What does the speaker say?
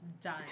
done